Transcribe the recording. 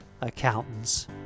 Accountants